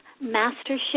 mastership